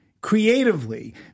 creatively